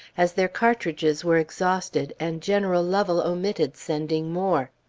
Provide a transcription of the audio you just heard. as their cartridges were exhausted, and general lovell omitted sending more.